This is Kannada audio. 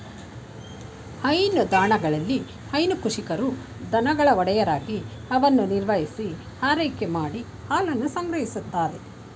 ಹೈನುದಾಣಗಳಲ್ಲಿ ಹೈನು ಕೃಷಿಕರು ದನಗಳ ಒಡೆಯರಾಗಿ ಅವನ್ನು ನಿರ್ವಹಿಸಿ ಆರೈಕೆ ಮಾಡಿ ಹಾಲನ್ನು ಸಂಗ್ರಹಿಸ್ತಾರೆ